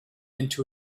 into